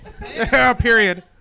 Period